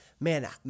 man